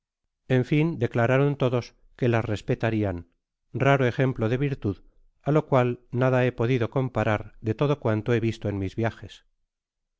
en fia declararon lodos que las respetarian raro ejemplo de virtud á lo cual nada he podido comparar de todo cuanto he visto en mis viajes